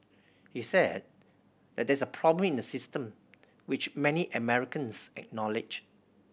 he said that there is a problem in the system which many Americans acknowledged